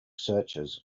searches